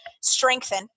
strengthen